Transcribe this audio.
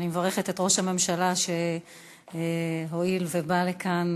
ואני מברכת את ראש הממשלה שהואיל ובא לכאן.